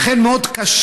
לכן, מאוד קשה,